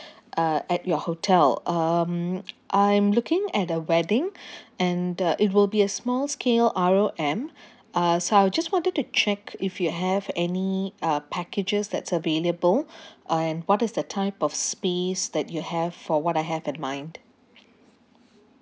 uh at your hotel um I'm looking at the wedding and uh it will be a small scale R_O_M uh so I just wanted to check if you have any uh packages that's available and what is the type of space that you have for what I have in mind